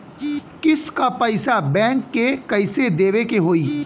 किस्त क पैसा बैंक के कइसे देवे के होई?